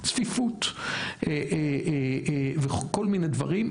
צפיפות וכל מיני דברים אחרים.